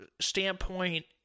standpoint